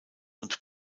und